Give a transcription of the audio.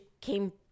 came